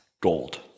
gold